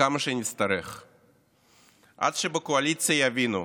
כמה שנצטרך, עד שבקואליציה יבינו: